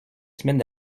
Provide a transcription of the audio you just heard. semaine